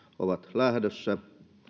ovat lähdössä